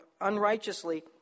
unrighteously